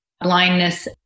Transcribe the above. blindness